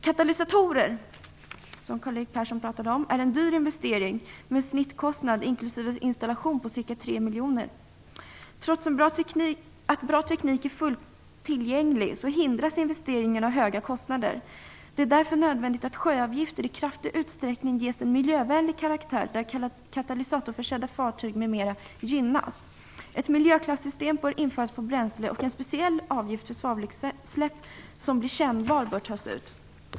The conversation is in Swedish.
Katalysatorer, som Karl-Erik Persson pratade om, är en dyr investering med en snittkostnad, inklusive installation, på ca 3 miljoner. Trots att bra teknik är fullt tillgänglig hindras investeringen av höga kostnader. Det är därför nödvändigt att sjöavgifter i stor utsträckning ges en miljövänlig karaktär, där katalysatorförsedda fartyg m.m. gynnas. Ett miljöklassystem bör införas på bränsle och en speciell avgift på svavelutsläpp, som blir kännbar, bör tas ut.